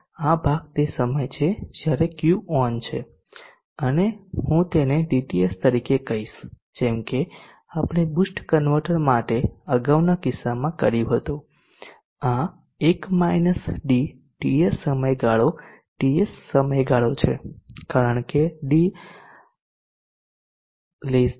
હવે આ ભાગ તે સમય છે જ્યારે Q ઓન છે અને હું તેને dTS તરીકે કહીશ જેમ કે આપણે બુસ્ટ કન્વર્ટર માટે અગાઉના કિસ્સામાં કર્યું હતું આ TS સમયગાળો TS સમયગાળો છે કારણ કે d1